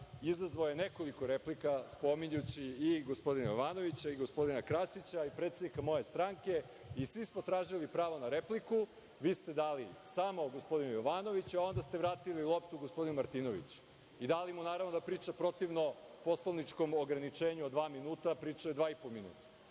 izazvao je nekoliko replika spominjući i gospodina Jovanovića i gospodina Krasića i predsednika moje stranke i svi smo tražili pravo na repliku. Vi ste dali samo gospodinu Jovanoviću a onda ste vratili loptu gospodinu Martinoviću i dali mu naravno da priča protivno poslovničkom ograničenju od dva minuta. Pričao je dva i po minuta. Molim